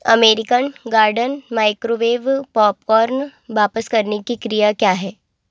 American Garden microwave popcorn वापस करने की क्रिया क्या है